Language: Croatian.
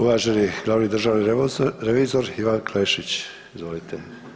Uvaženi glavni državni revizor Ivan Klešić, izvolite.